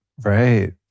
right